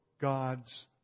God's